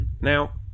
Now